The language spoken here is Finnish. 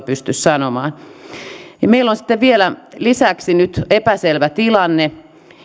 pysty sanomaan meillä on sitten vielä lisäksi nyt epäselvä tilanne